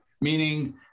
Meaning